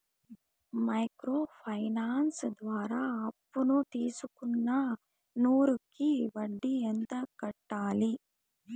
Micro finance ద్వారా అప్పును తీసుకున్న నూరు కి వడ్డీ ఎంత కట్టాలి?